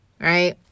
right